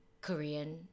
Korean